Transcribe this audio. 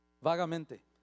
vagamente